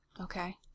Okay